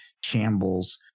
shambles